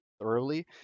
thoroughly